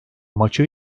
maçı